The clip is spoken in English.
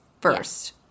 first